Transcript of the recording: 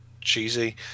cheesy